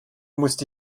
musste